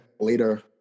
later